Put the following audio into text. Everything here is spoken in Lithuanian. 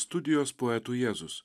studijos poetų jėzus